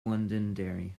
londonderry